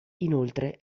inoltre